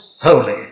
holy